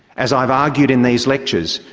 as i have argued in these lectures,